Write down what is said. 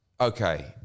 okay